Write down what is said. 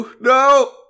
No